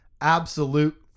absolute